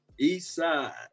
Eastside